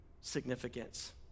significance